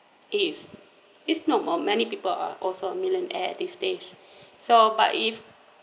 is is not more many people are also a millionaire these days so but if